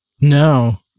No